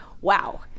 wow